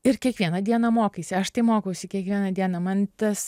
ir kiekvieną dieną mokaisi aš tai mokausi kiekvieną dieną man tas